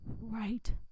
right